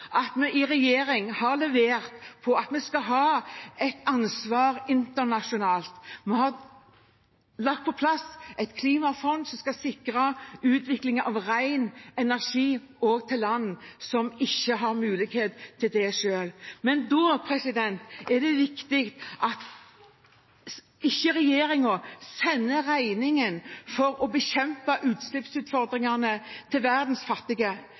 at vi i regjering har levert på at vi skal ha et ansvar internasjonalt. Vi har fått på plass et klimafond som skal sikre utvikling av ren energi også til land som ikke har mulighet til det selv. Men da er det viktig at regjeringen ikke sender regningen for å bekjempe utslippsutfordringene til verdens fattige.